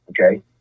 okay